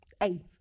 eight